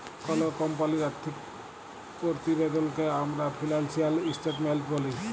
call কমপালির আথ্থিক পরতিবেদলকে আমরা ফিলালসিয়াল ইসটেটমেলট ব্যলি